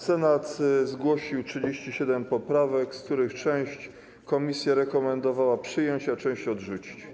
Senat zgłosił 37 poprawek, z których część komisja rekomendowała przyjąć, a część - odrzucić.